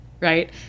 right